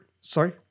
Sorry